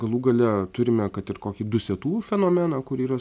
galų gale turime kad ir kokį dusetų fenomeną kur yra